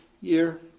year